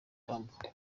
tambo